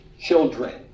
children